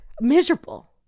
miserable